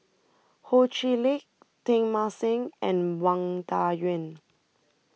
Ho Chee Lick Teng Mah Seng and Wang Dayuan